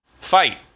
fight